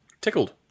Tickled